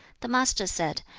the master said,